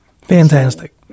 Fantastic